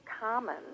common